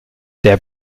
der